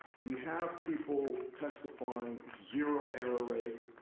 we have people testifying zero error rate,